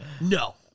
No